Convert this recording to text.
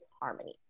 harmony